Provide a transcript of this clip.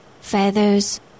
feathers